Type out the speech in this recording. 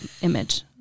image